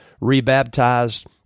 rebaptized